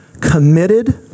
committed